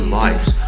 lives